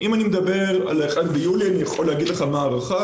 מה-1 ביולי, ההערכה